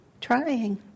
trying